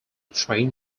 train